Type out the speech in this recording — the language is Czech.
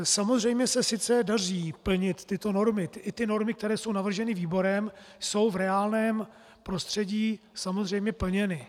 Samozřejmě se sice daří plnit tyto normy, i ty normy, které jsou navrženy výborem jsou v reálném prostředí samozřejmě plněny.